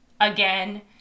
Again